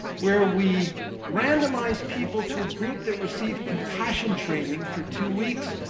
where we randomized people to a group that received compassion training for two weeks,